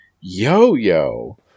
Yo-yo